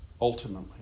ultimately